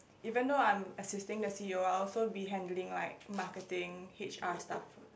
even though I'm assisting the c_e_o I'll also be handling like marketing h_r stuff